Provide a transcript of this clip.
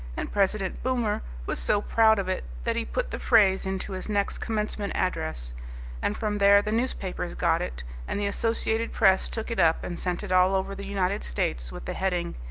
and president boomer was so proud of it that he put the phrase into his next commencement address and from there the newspapers got it and the associated press took it up and sent it all over the united states with the heading,